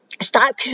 Stop